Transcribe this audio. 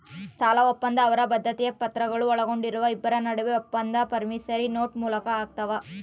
ಸಾಲಒಪ್ಪಂದ ಅವರ ಬದ್ಧತೆಯ ಪತ್ರಗಳು ಒಳಗೊಂಡಿರುವ ಇಬ್ಬರ ನಡುವೆ ಒಪ್ಪಂದ ಪ್ರಾಮಿಸರಿ ನೋಟ್ ಮೂಲಕ ಆಗ್ತಾವ